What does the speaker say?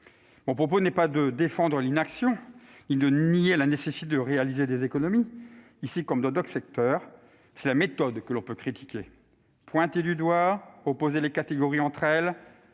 Mon propos n'est pas de défendre l'inaction ni de nier la nécessité de réaliser des économies, ici comme dans d'autres secteurs. C'est la méthode que l'on peut critiquer : pointer du doigt ; opposer les catégories entre elles